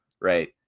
right